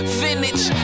vintage